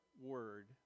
word